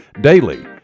Daily